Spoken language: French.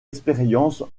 expérience